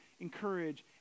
encourage